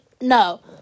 No